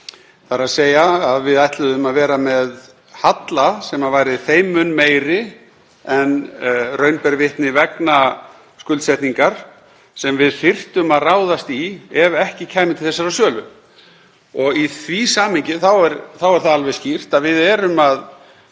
það á lántökum, þ.e. við ætluðum að vera með halla sem væri þeim mun meiri en raun ber vitni vegna skuldsetningar sem við þyrftum að ráðast í ef ekki kæmi til þessarar sölu. Í því samhengi er það alveg skýrt að við erum að